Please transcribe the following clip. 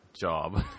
job